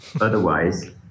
Otherwise